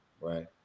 right